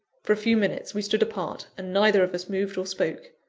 for a few minutes we stood apart, and neither of us moved or spoke.